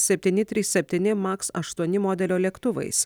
septyni trys septyni maks aštuoni modelio lėktuvais